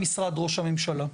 ראש הממשלה.